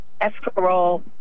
escarole